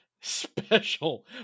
Special